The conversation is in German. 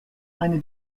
eine